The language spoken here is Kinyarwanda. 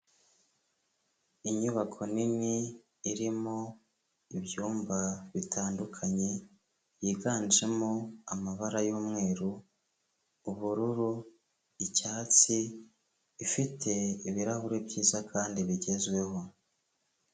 Inyubako nini irimo ibyumba bitandukanye, byiganjemo amabara y'umweru, ubururu, icyatsi, ifite ibirahuri byiza kandi bigezweho.